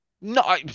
No